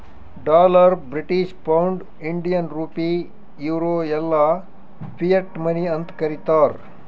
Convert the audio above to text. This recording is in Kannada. dollar, British pound, Indian rupee, euro ಎಲ್ಲಾ ಫಿಯಟ್ ಮನಿ ಅಂತ್ ಕರೀತಾರ